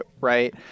right